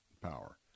power